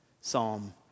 Psalm